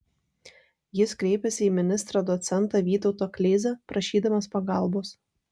jis kreipėsi į ministrą docentą vytautą kleizą prašydamas pagalbos